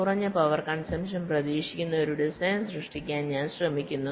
കുറഞ്ഞ power consumption പ്രതീക്ഷിക്കുന്ന ഒരു ഡിസൈൻ സൃഷ്ടിക്കാൻ ഞാൻ ശ്രമിക്കുന്നു